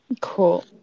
cool